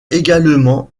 également